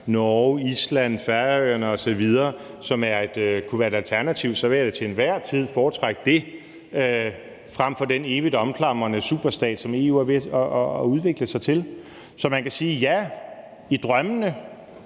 Norge, Island, Færøerne osv., som kunne være et alternativ, vil jeg da til enhver tid foretrække det frem for den evig omklamrende superstat, som EU er ved at udvikle sig til. Så man kan sige: Ja, i drømmene